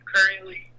Currently